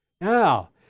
now